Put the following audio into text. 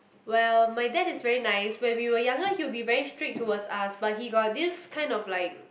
well my dad is very nice when we were younger he will be very strict towards us but he got this kind of like